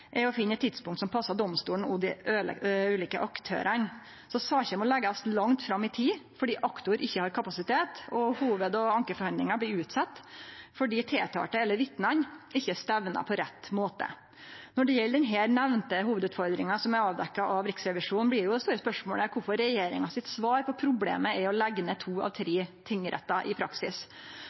fordi aktor ikkje har kapasitet, og hovud- og ankeforhandlingar blir utsette fordi tiltalte eller vitna ikkje er stemna på rett måte. Når det gjeld denne nemnde hovudutfordringa som er avdekt av Riksrevisjonen, blir det store spørsmålet kvifor regjeringas svar på problemet i praksis er å leggje ned to av tre tingrettar.